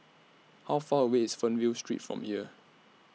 How Far away IS Fernvale Street from here